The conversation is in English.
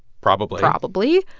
probably probably.